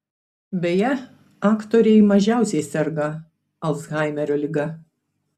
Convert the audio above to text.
beje aktoriai mažiausiai serga alzhaimerio liga